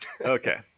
Okay